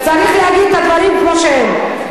צריך להגיד את הדברים כמו שהם.